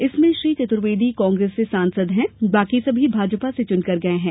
इनमें श्री चतुर्वेदी कांग्रेस से सांसद हैं बाकी सभी भाजपा से चुनकर गए हैं